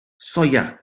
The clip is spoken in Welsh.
soia